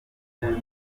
eshatu